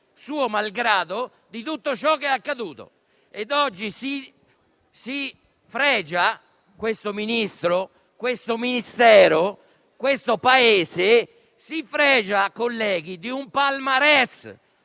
suo malgrado, di tutto ciò che è accaduto.